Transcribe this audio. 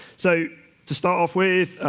so to start off with,